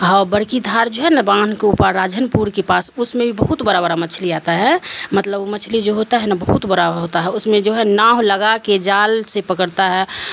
اور بڑکی دھار جو ہے نا بانھ کے اوپر راجھن پور کے پاس اس میں بھی بہت بڑا بڑا مچھلی آتا ہے مطلب وہ مچھلی جو ہوتا ہے نا بہت بڑا ہوتا ہے اس میں جو ہے ناؤ لگا کے جال سے پکڑتا ہے